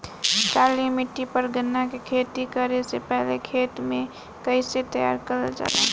काली मिट्टी पर गन्ना के खेती करे से पहले खेत के कइसे तैयार करल जाला?